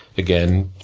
again,